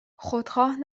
خودخواه